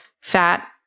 fat